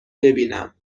ببینم